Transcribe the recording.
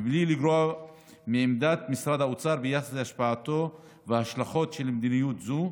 ובלי לגרוע מעמדת משרד האוצר ביחס להשפעות וההשלכות של מדיניות זו,